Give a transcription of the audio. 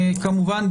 כמובן,